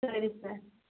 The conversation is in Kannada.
ಸರಿ ಸರ್